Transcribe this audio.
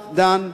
דן,